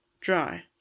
Dry